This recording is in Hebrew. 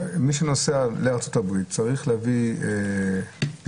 שמי שנוסע לארצות-הברית צריך להביא PCR,